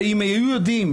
ואם הם היו יודעים,